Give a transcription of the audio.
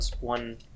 One